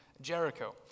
Jericho